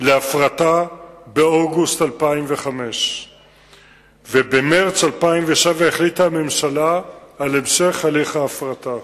להפרטה באוגוסט 2005. במרס 2007 החליטה הממשלה על המשך הליך ההפרטה.